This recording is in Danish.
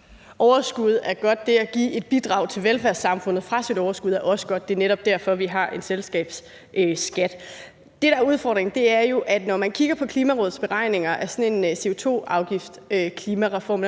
(SF): Overskud er godt, og det at give et bidrag til velfærdssamfundet fra sit overskud er også godt, og det er netop derfor, vi har en selskabsskat. Det, der er udfordringen, er jo, at når man kigger på Klimarådets og Krakas beregninger af sådan en CO2-afgiftsklimareform,